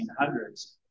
1800s